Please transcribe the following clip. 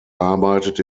arbeitet